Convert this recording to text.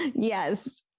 Yes